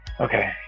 Okay